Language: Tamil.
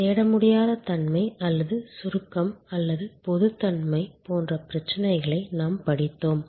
தேட முடியாத தன்மை அல்லது சுருக்கம் அல்லது பொதுத்தன்மை போன்ற பிரச்சனைகளை நாம் படித்தோம்